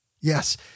Yes